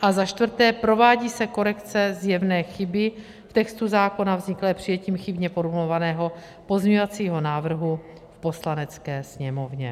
A za čtvrté, provádí se korekce zjevné chyby v textu zákona vzniklé přijetím chybně formulovaného pozměňovacího návrhu v Poslanecké sněmovně.